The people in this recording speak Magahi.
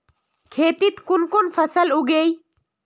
खेतीत कुन कुन फसल उगेई?